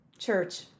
Church